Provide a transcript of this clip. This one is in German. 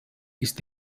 ist